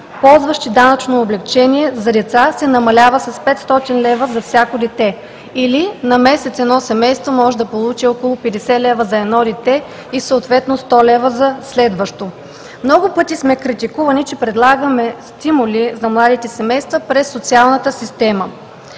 ползващи данъчно облекчение за деца, се намалява с 500 лв. за всяко дете, или на месец едно семейство може да получи около 50 лв. за едно дете и съответно 100 лв. за следващо. Много пъти сме критикувани, че предлагаме стимули за младите семейства през социалната система,